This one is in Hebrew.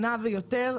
שנה ויותר,